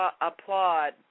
applaud